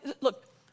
look